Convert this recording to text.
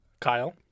Kyle